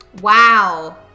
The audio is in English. Wow